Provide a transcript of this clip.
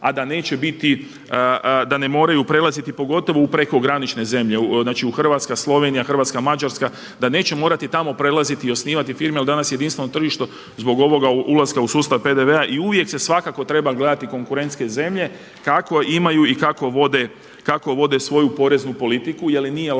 a da neće biti, da ne moraju prelaziti pogotovo u prekogranične zemlje znači Hrvatska-Slovenija, Hrvatska-Mađarska da neće morati tamo prelaziti i osnivati firme jer danas jedinstveno tržište zbog ovoga ulaska u sustav PDV-a i uvijek se svakako treba gledati konkurentske zemlje kako imaju i kako vode svoju poreznu politiku jer im nije lako,